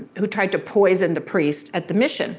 who tried to poison the priest at the mission